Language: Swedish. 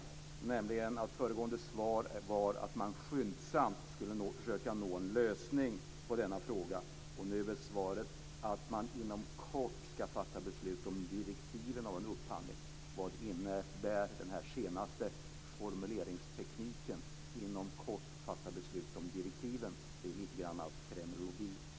Enligt det föregående svaret skulle man skyndsamt försöka att nå en lösning på denna fråga. Nu är svaret att man inom kort ska fatta beslut om direktiven för en upphandling. Vad innebär den senaste formuleringen, att man inom kort ska fatta beslut om direktiven? Det är snarare lite grann av kremlologi.